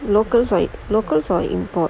locals like locals are imports